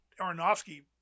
Aronofsky